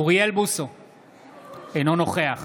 אינו נוכח